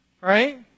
right